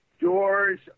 doors